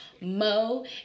Mo